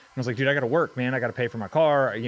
i was like, dude, i gotta work, man. i gotta pay for my car. you